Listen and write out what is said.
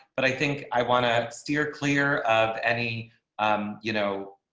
but i think i want to steer clear of any um you know